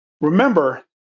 Remember